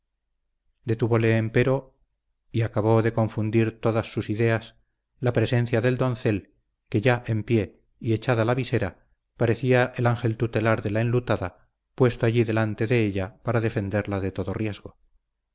oveja detúvole empero y acabó de confundir todas sus ideas la presencia del doncel que ya en pie y echada la visera parecía el ángel tutelar de la enlutada puesto allí delante de ella para defenderla de todo riesgo